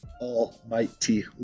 almighty